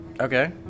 Okay